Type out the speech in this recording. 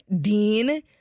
Dean